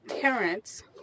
parents